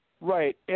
Right